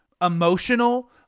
emotional